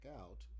out